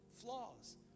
flaws